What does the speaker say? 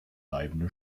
bleibende